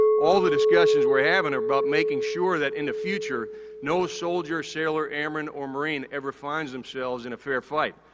all the discussions we're having are about making sure that in the future no soldier, sailor, airman, or marine ever finds themselves in a fair fight.